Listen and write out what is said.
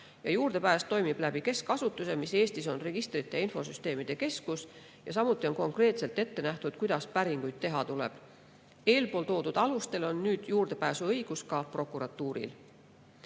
Juurdepääs toimub keskasutuse kaudu, Eestis on selleks Registrite ja Infosüsteemide Keskus, ja samuti on konkreetselt ette nähtud, kuidas päringuid teha tuleb. Eelpool toodud alustel on nüüd juurdepääsuõigus ka prokuratuuril.